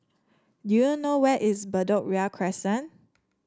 do you know where is Bedok Ria Crescent